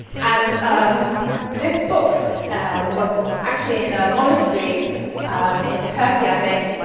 and um this book was actually in a monastery um in turkey, i think,